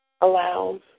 allows